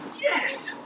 Yes